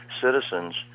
citizens